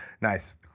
Nice